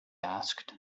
asked